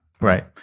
Right